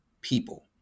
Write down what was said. people